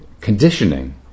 conditioning